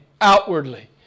outwardly